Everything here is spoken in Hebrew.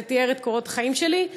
זה תיאר את קורות החיים שלי.